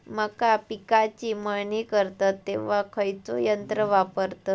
मका पिकाची मळणी करतत तेव्हा खैयचो यंत्र वापरतत?